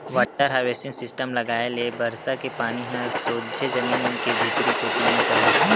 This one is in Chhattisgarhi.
वाटर हारवेस्टिंग सिस्टम लगाए ले बरसा के पानी ह सोझ जमीन के भीतरी कोती म चल देथे